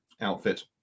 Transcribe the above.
outfit